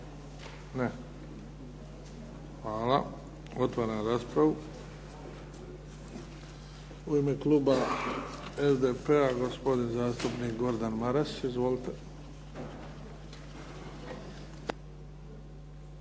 Ne. Hvala. Otvaram raspravu. U ime kluba SDP-a gospodin zastupnik Gordan Maras. Izvolite.